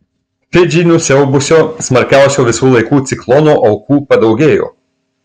fidžį nusiaubusio smarkiausio visų laikų ciklono aukų padaugėjo